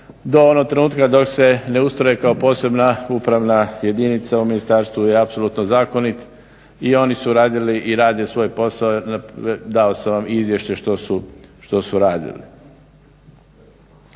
do onog trenutka dok se ne ustroje kao posebna upravna jedinica u ministarstvu je apsolutno zakonit i oni su radili i rade svoj posao, dao sam vam i izvješće što su radili.